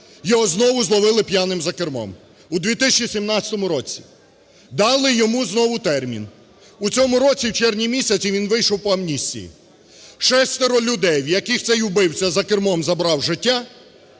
його знову зловили п'яним за кермом у 2017 році. Дали йому знову термін. В цьому році, в червні місяці, він вийшов по амністії. Шестеро людей, в яких цей убивця за кермом забрав життя,